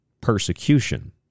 persecution